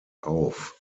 auf